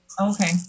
Okay